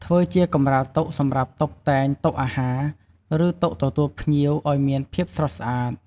ធ្វើជាកម្រាលតុសម្រាប់តុបតែងតុអាហារ ឬតុទទួលភ្ញៀវឱ្យមានភាពស្រស់ស្អាត។